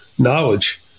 knowledge